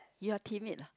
you are timid lah